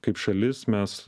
kaip šalis mes